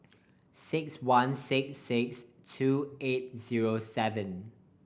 six one six six two eight zero seven